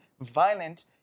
violent